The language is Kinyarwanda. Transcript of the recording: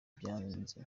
byanze